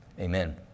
Amen